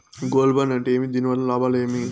Gold bond అంటే ఏమి? దీని వల్ల లాభాలు ఏమి?